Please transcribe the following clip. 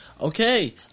Okay